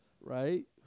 Right